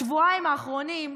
בשבועיים האחרונים,